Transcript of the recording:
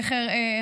איך אראה,